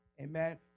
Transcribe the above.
Amen